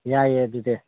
ꯌꯥꯏꯌꯦ ꯑꯗꯨꯗꯤ